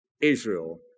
Israel